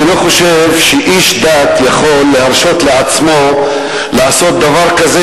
אני לא חושב שאיש דת יכול להרשות לעצמו לעשות דבר כזה,